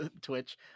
Twitch